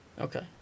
Okay